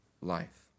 life